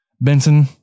Benson